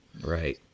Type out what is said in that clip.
Right